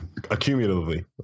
Accumulatively